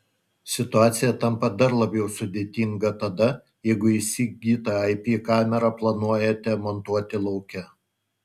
situacija tampa dar labiau sudėtinga tada jeigu įsigytą ip kamerą planuojate montuoti lauke